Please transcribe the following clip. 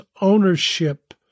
ownership